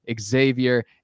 xavier